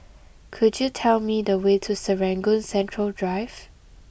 could you tell me the way to Serangoon Central Drive